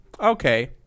Okay